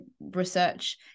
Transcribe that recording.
research